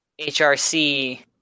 HRC